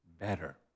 better